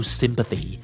sympathy